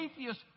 atheist